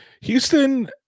Houston